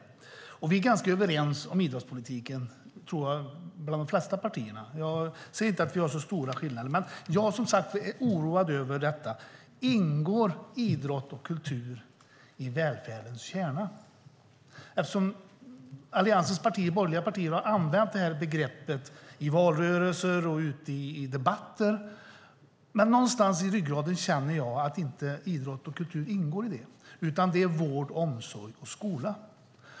Jag tror att vi är ganska överens om idrottspolitiken bland de flesta av partierna. Jag ser inte att det är så stora skillnader. Jag är dock som sagt oroad över följande: Ingår idrott och kultur i välfärdens kärna? Alliansens borgerliga partier har använt det begreppet i valrörelser och ute i debatter, men någonstans i ryggraden känner jag att idrott och kultur inte ingår i det. Det handlar i stället om vård, omsorg och skola.